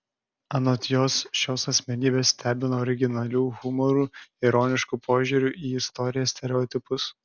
anot jos šios asmenybės stebina originaliu humoru ironišku požiūriu į istoriją stereotipus